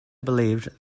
believed